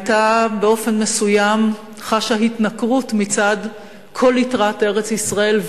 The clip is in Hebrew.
באופן מסוים חשה התנכרות מצד כל יתרת ארץ-ישראל,